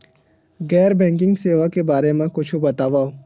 गैर बैंकिंग सेवा के बारे म कुछु बतावव?